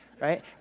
Right